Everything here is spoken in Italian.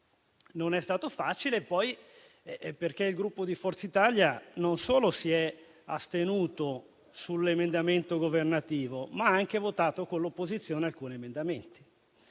Non è stato facile, poi, perché il Gruppo Forza Italia non solo si è astenuto sull'emendamento governativo, ma ha anche votato con l'opposizione alcuni emendamenti.